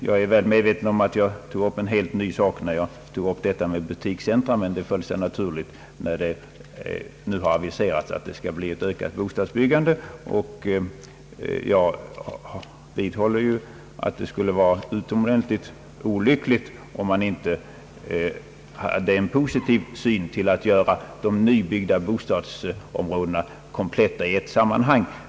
Jag är väl medveten om att jag tog upp en helt ny sak när jag berörde butikscentra, men detta föll sig naturligt när det nu har aviserats att det skall bli ett ökat bostadsbyggande. Jag vidhåller att det skulle vara utomordentligt olyckligt om man inte hade en positiv syn på behovet av att göra de nybyggda bostadsområdena kompletta i ett sammanhang.